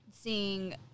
seeing